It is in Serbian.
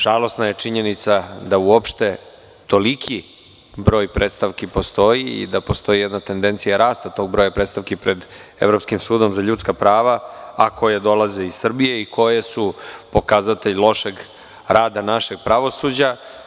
Žalosna je činjenica da uopšte toliki broj predstavki postoji i da postoji jedna tendencija rasta tog broja predstavki pred Evropskim sudom za ljudska prava, a koje dolaze iz Srbije i koje su pokazatelji lošeg rada našeg pravosuđa.